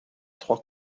trois